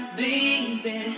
baby